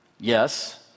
yes